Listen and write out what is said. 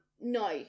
No